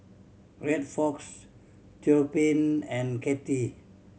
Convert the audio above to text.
Rexford Theophile and Katie